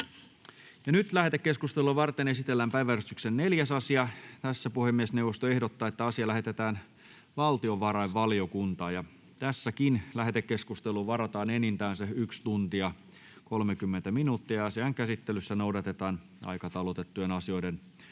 Lähetekeskustelua varten esitellään päiväjärjestyksen 4. asia. Puhemiesneuvosto ehdottaa, että asia lähetetään valtiovarainvaliokuntaan. Tässäkin lähetekeskusteluun varataan enintään 1 tunti ja 30 minuuttia. Asian käsittelyssä noudatetaan aikataulutettujen asioiden osalta